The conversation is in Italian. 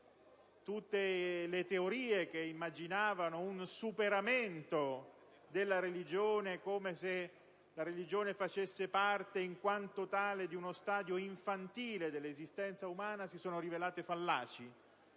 Tutte le teorie che immaginavano un superamento della religione come se quest'ultima facesse parte, in quanto tale, di uno stadio infantile dell'esistenza umana si sono rivelate fallaci.